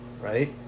right